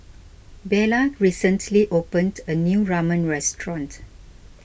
Buelah recently opened a new Ramen restaurant